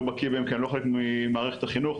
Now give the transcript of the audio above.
בקיא בהם כי אני לא חלק ממערכת החינוך,